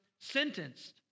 sentenced